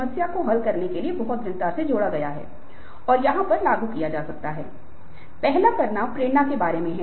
कभी कभी शुभचिंतकों गुरुओं से प्रेरणा लेते हुए वे आपकी प्रेरणा भी शुरू करेंगे आप कुरुक्षेत्रम के महान कार्यों के बारे में जानते हैं